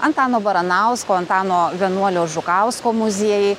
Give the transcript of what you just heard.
antano baranausko antano vienuolio žukausko muziejai